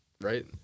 right